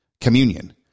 communion